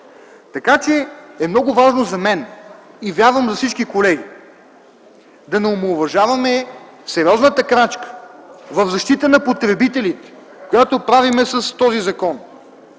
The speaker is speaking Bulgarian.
за мен е много важно, а вярвам и за всички колеги, да не омаловажаваме сериозната крачка в защита на потребителите, което правим с този закон.